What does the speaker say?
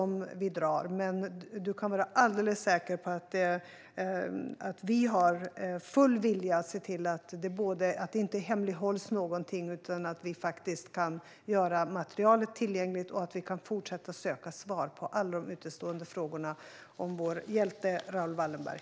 Mikael Oscarsson kan vara alldeles säker på att vi har en full vilja att se till att ingenting hemlighålls utan att vi faktiskt kan göra materialet tillgängligt och fortsätta söka svar på alla de utestående frågorna om vår hjälte Raoul Wallenberg.